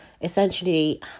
essentially